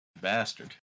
Bastard